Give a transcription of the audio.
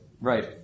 Right